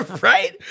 Right